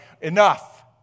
Enough